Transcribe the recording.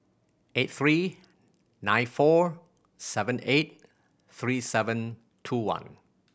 eight three nine four seven eight three seven two one